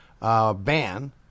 ban